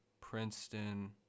Princeton